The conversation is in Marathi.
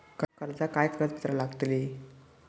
कर्जाक काय कागदपत्र लागतली?